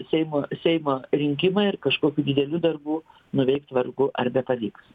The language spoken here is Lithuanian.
seimo seimo rinkimai ir kažkokių didelių darbų nuveikt vargu ar bepavyks